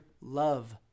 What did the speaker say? love